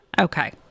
Okay